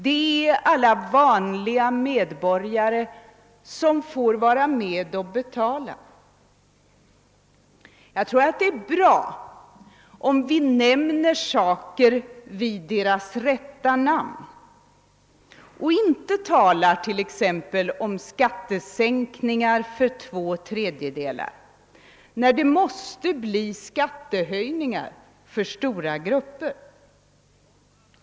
Det är alltså alla vanliga medborgare som får vara med att betala. Jag tror det är bra om vi nämner saker vid deras rätta namn och inte talar om exempelvis skattesänkningar för två tredjedelar, när det måste bli skattehöjningar för stora grupper.